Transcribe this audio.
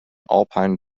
alpine